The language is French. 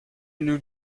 nous